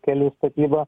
kelių statybą